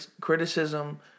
criticism